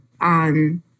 on